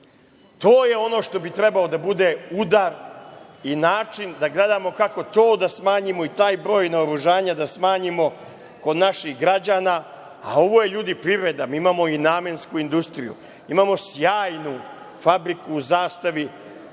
To je ono što bi trebalo da bude udar i način da gledamo kako to da smanjimo i taj broj naoružanja da smanjimo kod naših građana, a ovo je ljudi privreda, mi imamo i namensku industriju, imamo sjajnu fabriku u „Zastavi“,